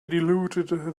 diluted